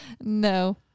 No